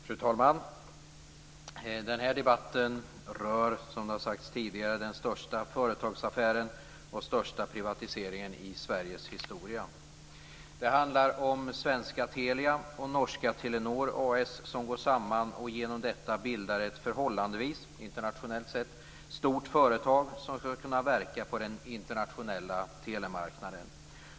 Fru talman! Den här debatten rör, som tidigare sagts, den största företagsaffären och den största privatiseringen i Sveriges historia. Det handlar om svenska Telia AB och norska Telenor AS som går samman och som därigenom bildar ett, internationellt sett, förhållandevis stort företag som skall kunna verka på den internationella telemarknaden.